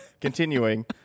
Continuing